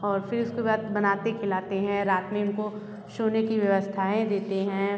और फिर उसके बाद बनाते खिलाते हैं रात में उनको सोने की व्यवस्थाऍं देते हैं